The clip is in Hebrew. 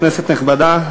כנסת נכבדה,